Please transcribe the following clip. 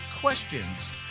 questions